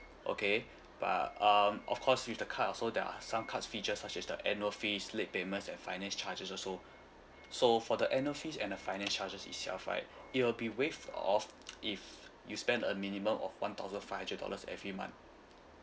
okay but um of course with the card also there are some cards features such as the annual fees late payment and finance charges also so for the annual fees and the finance charges itself right it will be waived off if you spend a minimum of one thousand five hundred dollars every month